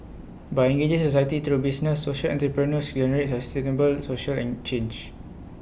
by engaging society through business social entrepreneurs generate has sustainable social and change